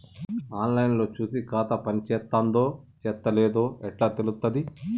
On line లో చూసి ఖాతా పనిచేత్తందో చేత్తలేదో ఎట్లా తెలుత్తది?